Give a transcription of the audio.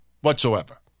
whatsoever